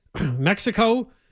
Mexico